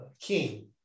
king